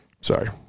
Sorry